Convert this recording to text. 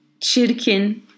çirkin